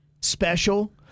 special